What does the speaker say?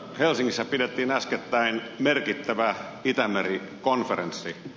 helsingissä pidettiin äskettäin merkittävä itämeri konferenssi